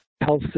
health